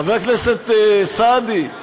חבר הכנסת סעדי,